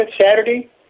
Saturday